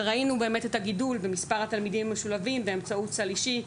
ראינו את הגידול במספר התלמידים המשולבים באמצעות סל אישי.